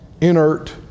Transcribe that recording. inert